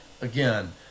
Again